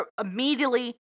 immediately